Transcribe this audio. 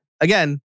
again